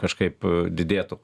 kažkaip didėtų